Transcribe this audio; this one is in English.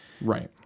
Right